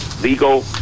legal